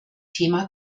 thema